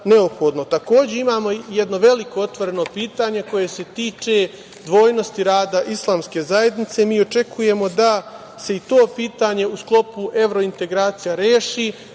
imamo jedno veliko otvoreno pitanje koje se tiče dvojnosti rada islamske zajednice. Mi očekujemo da se i to pitanje u sklopu evrointegracija reši